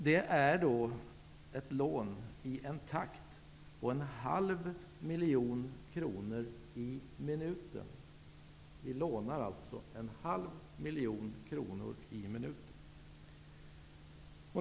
Det innebär att vi lånar i en takt av en halv miljon kronor i minuten.